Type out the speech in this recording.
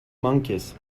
monkeys